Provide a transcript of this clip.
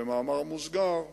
במאמר מוסגר,